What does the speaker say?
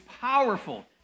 powerful